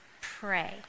pray